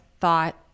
thought